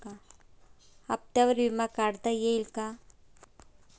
हप्त्यांवर विमा काढता येईल का?